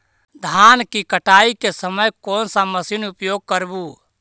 धान की कटाई के समय कोन सा मशीन उपयोग करबू?